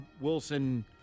Wilson